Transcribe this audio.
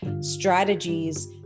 strategies